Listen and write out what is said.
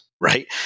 right